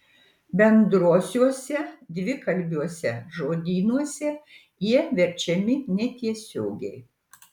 bendruosiuose dvikalbiuose žodynuose jie verčiami netiesiogiai